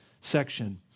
section